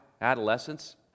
adolescence